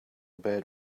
bad